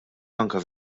anke